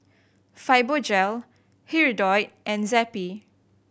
Fibogel Hirudoid and Zappy